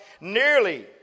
nearly